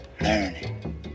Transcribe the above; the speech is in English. learning